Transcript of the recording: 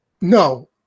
No